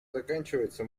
заканчивается